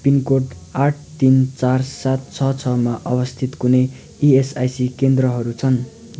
pin code आठ तिन चार सात छ छमा अवस्थित कुनै इएसआइसी केन्द्रहरू छन्